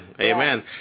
Amen